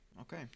Okay